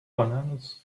bananas